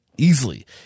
easily